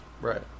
Right